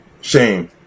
Shame